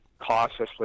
cautiously